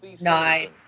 Nice